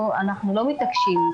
אנחנו לא מתעקשים.